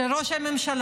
של ראש הממשלה,